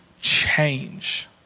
change